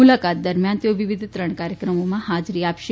મુલાકાત દરમિયાન તેઓ વિવિધ ત્રણ કાર્યક્રમોમાં હાજરી આપશે